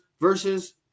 versus